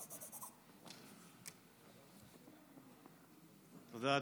תודה,